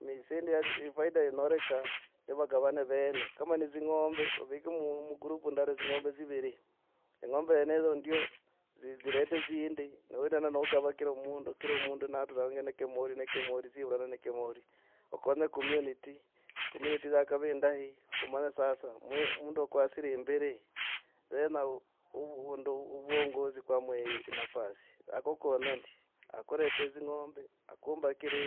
Mi dzispend faida inyorekaa. yavagana vene, kama ni dzingombe ovike mu groupd indara dzingombe dziviri engombe zeneza ndio zirete. zirete zirete zindi nowitana nokava kira mundu natura awene ne kimoli ne kimoli. dzivulana ne kimoli, okonye community, community yakava indahi kumanya sasa mundu wa kwasira imberi yenya ovua, ovuongozi kwama nafasi yakukonya ndi akuretra dzingombe akumbakir